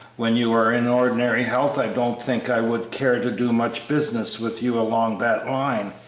when you are in ordinary health i don't think i would care to do much business with you along that line,